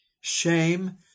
shame